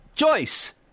Joyce